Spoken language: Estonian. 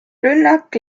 rünnak